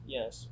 Yes